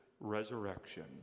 resurrection